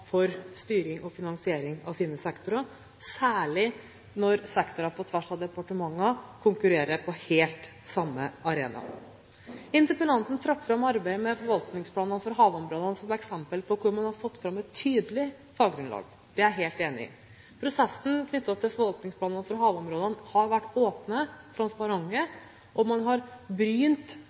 styring og finansiering av sine sektorer, særlig når sektorer på tvers av departementer konkurrerer på samme arena. Interpellanten trakk fram arbeidet med forvaltningsplaner for havområdene som eksempel på hvordan man har fått fram et tydelig faggrunnlag. Det er jeg helt enig i. Prosessene knyttet til forvaltningsplanene for havområdene har vært åpne – transparente – og man har brynt